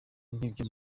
n’ibyo